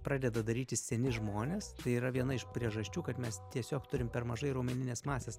pradeda darytis seni žmonės tai yra viena iš priežasčių kad mes tiesiog turim per mažai raumeninės masės